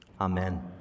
Amen